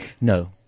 No